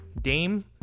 Dame